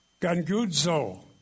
Gangudzo